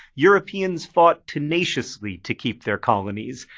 europeans fought tenaciously to keep their colonies.